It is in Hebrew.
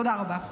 תודה רבה.